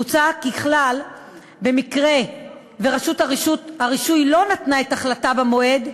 מוצע ככלל שבמקרה שרשות הרישוי לא נתנה את החלטתה במועד,